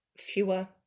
fewer